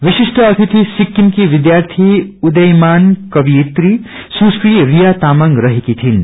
विश्रिष्ट अतिथि सिकिम की विध्यार्थी उदियमान कवियत्री सुश्री रिया तामंग रहेकी थिईन